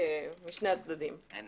אין